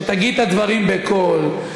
שתגיד את הדברים בקול,